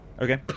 Okay